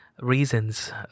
reasons